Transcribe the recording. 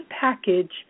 package